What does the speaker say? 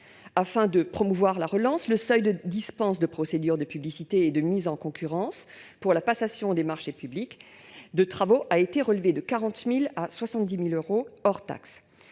Afin de promouvoir la relance, le seuil de dispense de procédures de publicité et de mise en concurrence pour la passation des marchés publics de travaux a été relevé de 40 000 à 70 000 euros hors taxes.